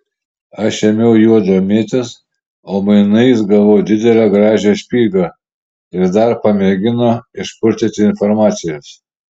aš ėmiau juo domėtis o mainais gavau didelę gražią špygą ir dar pamėgino išpurtyti informacijos